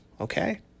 okay